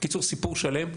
בקיצור סיפור שלם.